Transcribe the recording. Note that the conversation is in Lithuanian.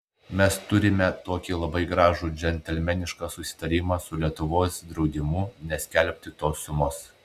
mes turime tokį labai gražų džentelmenišką susitarimą su lietuvos draudimu neskelbti tos sumos